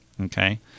okay